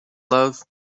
love